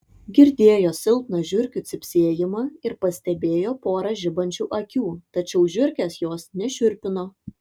girdėjo silpną žiurkių cypsėjimą ir pastebėjo porą žibančių akių tačiau žiurkės jos nešiurpino